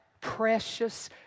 precious